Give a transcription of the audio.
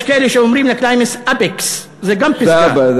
יש כאלה שאומרים הקליימקס אפקס, זה גם פסגה.